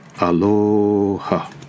Aloha